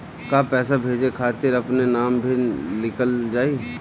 का पैसा भेजे खातिर अपने नाम भी लिकल जाइ?